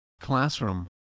classroom